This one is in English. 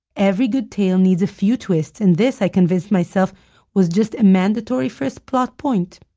every good tale needs a few twists, and this i convinced myself was just a mandatory first plot point